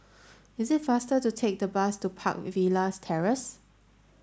it is faster to take the bus to Park Villas Terrace